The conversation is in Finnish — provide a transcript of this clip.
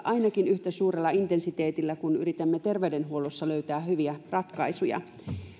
ainakin yhtä suurella intensiteetillä kuin yritämme terveydenhuollossa löytää hyviä ratkaisuja